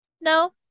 No